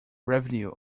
revenue